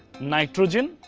nitrogen.